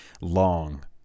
long